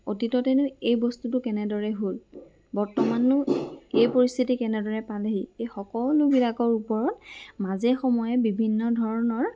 অতীততেনো এই বস্তুটো কেনেদৰে হ'ল বৰ্তমাননো এই পৰিস্থিতি কেনেদৰে পালেহি এই সকলোবিলাকৰ ওপৰত মাজে সময়ে বিভিন্ন ধৰণৰ